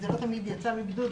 זה לא תמיד יצא מבידוד.